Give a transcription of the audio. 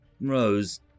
Rose